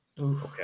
Okay